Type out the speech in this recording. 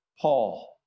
Paul